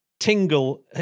Tingle